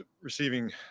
receiving